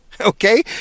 Okay